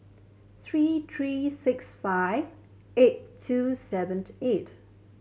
three three six five eight two seven eight